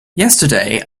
yesterday